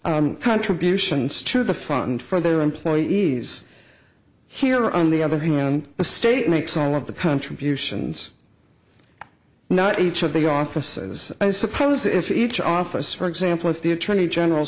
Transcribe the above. contributions to the fund for their employees here on the other hand the state makes all of the contributions not each of the offices i suppose if each office for example if the attorney general